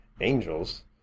angels